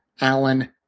Alan